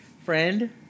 friend